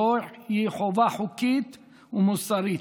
זוהי חובה חוקית ומוסרית,